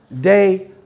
day